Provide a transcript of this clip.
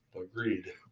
Agreed